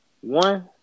One